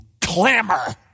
clamor